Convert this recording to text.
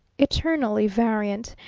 eternally variant,